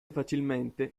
facilmente